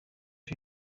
are